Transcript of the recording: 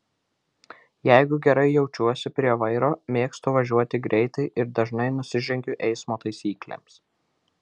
jeigu gerai jaučiuosi prie vairo mėgstu važiuoti greitai ir dažnai nusižengiu eismo taisyklėms